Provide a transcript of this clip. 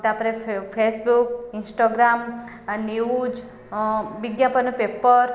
ତାପରେ Facebook Instagram news ବିଜ୍ଞାପନ paper